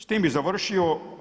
S tim bih završio.